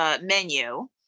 menu